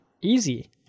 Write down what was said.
easy